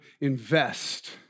invest